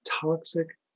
Toxic